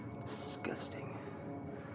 Disgusting